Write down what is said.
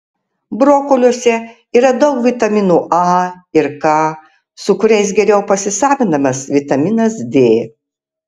brokoliuose yra daug vitaminų a ir k su kuriais geriau pasisavinamas vitaminas d